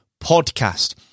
podcast